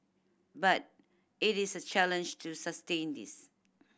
but it is a challenge to sustain this